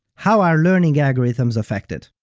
how are learning algorithms affected?